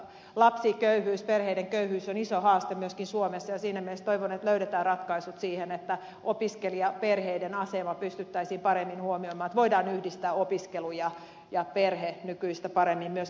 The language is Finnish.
lapsiköyhyys perheiden köyhyys on iso haaste myöskin suomessa ja siinä mielessä toivon että löydetään ratkaisut siihen että opiskelijaperheiden asema pystyttäisiin paremmin huomioimaan että voidaan yhdistää opiskelu ja perhe nykyistä paremmin myös